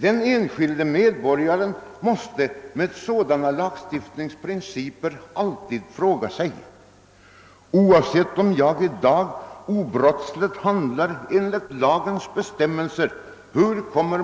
Den enskilde medborgaren måste med sådana lagstiftningsprinciper all tid fråga sig hur morgondagens lagstiftare — oavsett om vederbörande själv i dag obrottsligt följer lagens bestämmelser — kommer